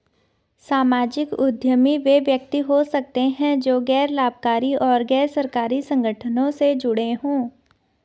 सामाजिक उद्यमी वे व्यक्ति हो सकते हैं जो गैर लाभकारी और गैर सरकारी संगठनों से जुड़े हों